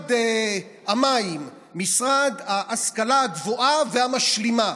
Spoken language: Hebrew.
משרד המים, משרד ההשכלה הגבוהה והמשלימה.